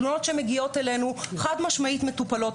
תלונות שמגיעות אלינו, חד-משמעית מטופלות.